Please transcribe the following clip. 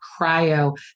cryo